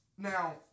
Now